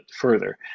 further